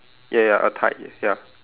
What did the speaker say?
ya ya a ya